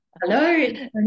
Hello